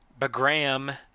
Bagram